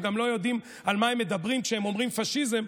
הם גם לא יודעים על מה הם מדברים כשהם אומרים פשיזם,